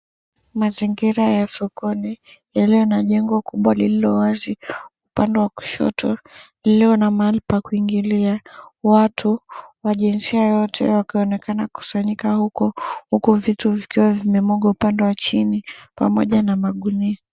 Mazingira ya sokoni yalio na jengo kubwa lililo wazi upande wa kushoto lililo na mahali pa kuingilia watu wa jinsia yote wanaonekana kukusanyika huku, huku vitu vikiwa vimemwagwa kwenye upande wa chini pamoja na magunia